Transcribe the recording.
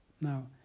Now